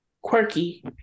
quirky